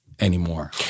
anymore